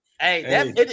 hey